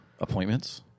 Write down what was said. appointments